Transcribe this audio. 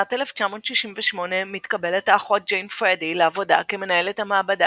בשנת 1968 מתקבלת האחות ג'ין פרדי לעבודה כמנהלת המעבדה